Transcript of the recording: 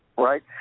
right